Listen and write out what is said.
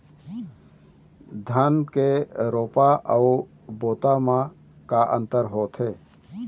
धन के रोपा अऊ बोता म का अंतर होथे?